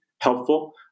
helpful